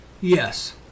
Yes